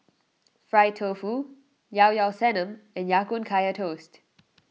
Fried Tofu Ilao Ilao Sanum and Ya Kun Kaya Toast